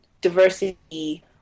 diversity